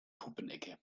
puppenecke